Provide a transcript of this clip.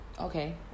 Okay